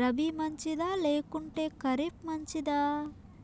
రబి మంచిదా లేకుంటే ఖరీఫ్ మంచిదా